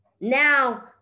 Now